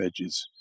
edges